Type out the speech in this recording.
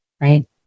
right